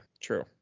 true